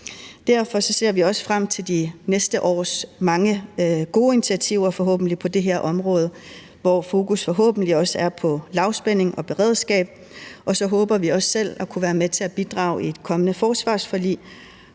Derfor ser vi også frem til de næste års mange gode initiativer, forhåbentlig, på det her område, hvor fokus forhåbentlig også er på lavspænding og beredskab. Og så håber vi også selv at kunne være med til at bidrage i et kommende forsvarsforlig,